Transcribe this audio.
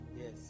yes